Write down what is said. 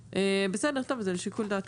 בסדר, זה לשיקול דעת